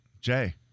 Jay